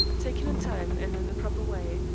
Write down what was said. taken in time, and in the proper way,